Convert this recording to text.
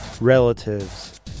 relatives